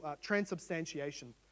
transubstantiation